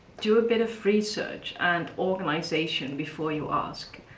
do a bit of research and organisation before you ask,